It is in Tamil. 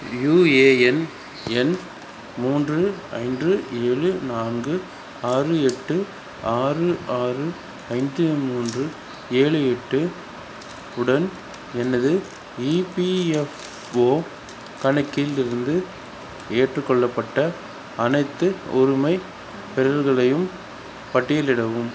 யுஏஎன் எண் மூன்று ஐந்து ஏழு நான்கு ஆறு எட்டு ஆறு ஆறு ஐந்து மூன்று ஏழு எட்டு உடன் எனது இபிஎஃப்ஓ கணக்கிலிருந்து ஏற்றுக்கொள்ளப்பட்ட அனைத்து உரிமைக்கோரல்களையும் பட்டியலிடவும்